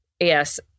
Yes